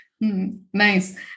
Nice